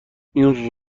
این